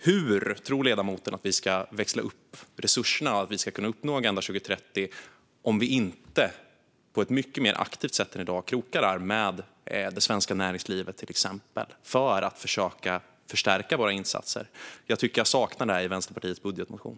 Hur tror ledamoten att vi ska växla upp resurserna så att vi kan uppnå Agenda 2030 om vi inte på ett mycket mer aktivt sätt än i dag krokar arm med det svenska näringslivet för att försöka stärka våra insatser? Jag saknar den informationen i Vänsterpartiets budgetmotion.